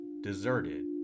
deserted